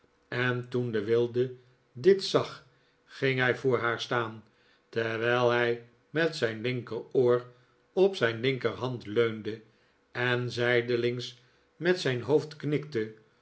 en toen de wilde dit zag ging hij voor haar staan terwijl hij met zijn linkeroor op zijn linkerhand leunde en zijdelings met zijn hoofd knikte